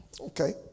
Okay